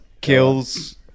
Kills